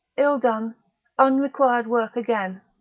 ill-done, unrequired work again,